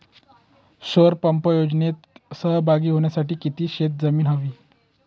सौर पंप योजनेत सहभागी होण्यासाठी किती शेत जमीन हवी?